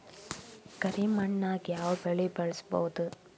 ಕರಿ ಮಣ್ಣಾಗ್ ಯಾವ್ ಬೆಳಿ ಬೆಳ್ಸಬೋದು?